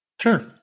Sure